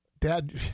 Dad